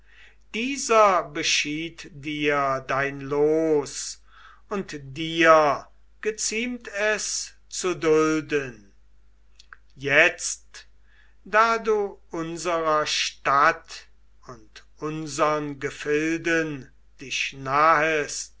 dieser beschied dir dein los und dir geziemt es zu dulden jetzt da du unserer stadt und unsern gefilden dich nahest